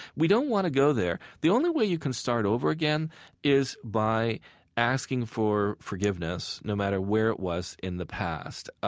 we don't want to go there. the only way you can start over again is by asking for forgiveness no matter where it was in the past.